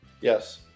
Yes